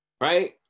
right